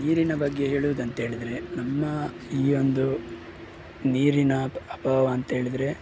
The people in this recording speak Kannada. ನೀರಿನ ಬಗ್ಗೆ ಹೇಳೋದು ಅಂಥೇಳಿದ್ರೆ ನಮ್ಮ ಈ ಒಂದು ನೀರಿನ ಅಭಾವ ಅಂಥೇಳಿದ್ರೆ